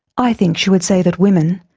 i think she would say that women,